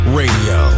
radio